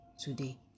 today